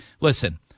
listen